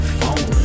phone